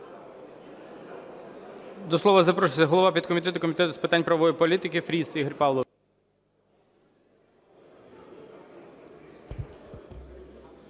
До слова запрошується голова підкомітету Комітету з питань правової політики Фріс Ігор Павлович.